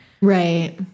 Right